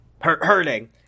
hurting